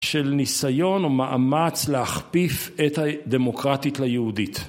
של ניסיון או מאמץ להכפיף את הדמוקרטית ליהודית